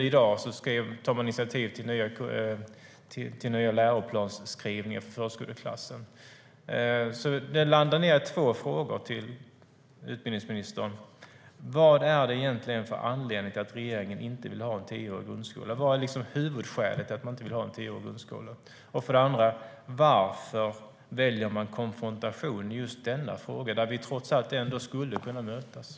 I dag tar man initiativ till den nya läroplansskrivningen för förskoleklassen.